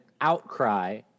outcry